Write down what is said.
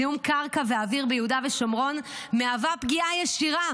זיהום קרקע ואוויר ביהודה ושומרון הם פגיעה ישירה